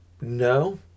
No